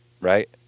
right